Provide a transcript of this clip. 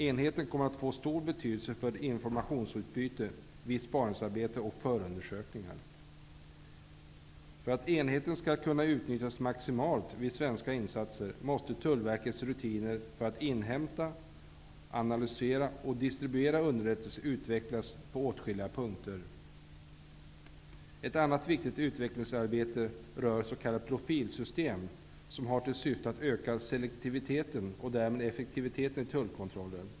Enheten kommer att få stor betydelse för informationsutbyte vid spaningsarbete och förundersökningar. För att enheten skall kunna utnyttjas maximalt vid svenska insatser måste Tullverkets rutiner för att inhämta, analysera och distribuera underrättelser utvecklas på åtskilliga punkter. Ett annat viktigt utvecklingsarbete rör s.k. profilsystem, som har till syfte att öka selektiviteten och därmed effektiviteten i tullkontroller.